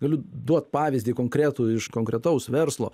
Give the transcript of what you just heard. galiu duot pavyzdį konkretų iš konkretaus verslo